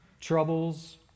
troubles